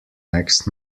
next